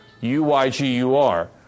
U-Y-G-U-R